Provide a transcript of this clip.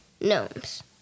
Gnomes